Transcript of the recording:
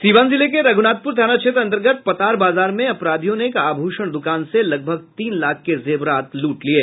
सीवान जिले के रघुनाथपुर थाना क्षेत्र अंतर्गत पतार बाजार में अपराधियों ने एक आभूषण दुकान से लगभग तीन लाख के जेवरात लूट लिये